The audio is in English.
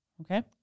Okay